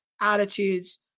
attitudes